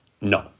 no